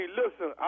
listen